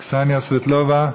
קסניה סבטלובה,